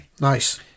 nice